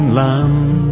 land